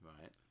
Right